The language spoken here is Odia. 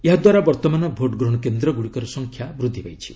ଏହାଦ୍ୱାରା ବର୍ତ୍ତମାନ ଭୋଟ ଗ୍ରହଣ କେନ୍ଦ୍ରଗୁଡ଼ିକର ସଂଖ୍ୟା ବୃଦ୍ଧି ପାଇଛି